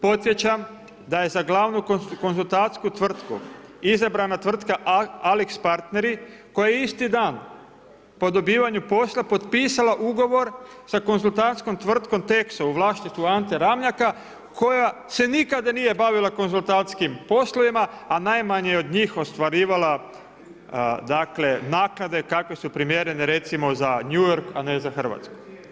Podsjećam, da je za glavnu konzultantsku tvrtku, izabrana tvrtka AlixPartners koja je isti dan, po dobivanju posla potpisala ugovora sa konzultantskom tvrtkom Texo u vlasništvu Anteu Ramljaka koja se nikada nije bavila konzultantskim poslovima, a najmanje je od njih ostvarivala, dakle naknade kakve su primjerene recimo za New York, a ne za Hrvatsku.